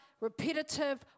repetitive